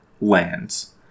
lands